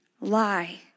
Lie